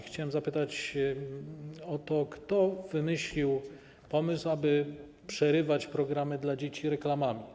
Chciałem zapytać o to, kto wymyślił pomysł, aby przerywać programy dla dzieci reklamami.